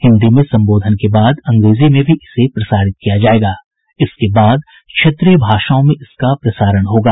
हिन्दी में संबोधन के बाद अंग्रेजी में भी इसे प्रसारित किया जायेगा और इसके बाद क्षेत्रीय भाषाओं में इसका प्रसारण होगा